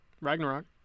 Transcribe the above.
Ragnarok